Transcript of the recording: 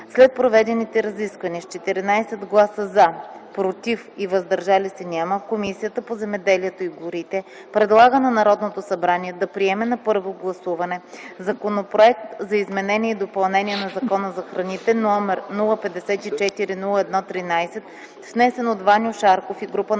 След проведените разисквания: 1. С 14 гласа “за”, “против” и “въздържали се” – няма, Комисията по земеделието и горите предлага на Народното събрание да приеме на първо гласуване Законопроект за изменение и допълнение на Закона за храните, № 054-01-13, внесен от Ваньо Шарков и група народни